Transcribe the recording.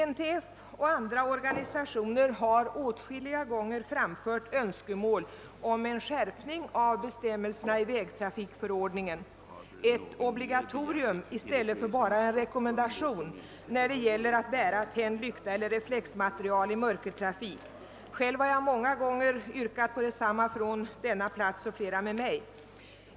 NTF och andra organisationer har åtskilliga gånger, framfört önskemål om en skärpning av bestämmelserna i vägtrafikförordningen. — ett obligatorium i stället för bara en rekommendation när det gäller att bära tänd lykta eller reflexmaterial i mörkertrafik. Själv har jag många gånger yrkat på detsamma från denna plats.